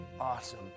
awesome